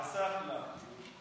עסאקלה.